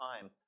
time